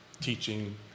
teaching